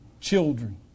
children